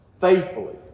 faithfully